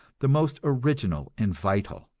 the most original and vital.